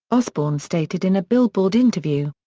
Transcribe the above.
osbourne stated in a billboard interview.